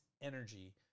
energy